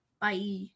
Bye